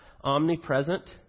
omnipresent